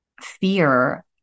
fear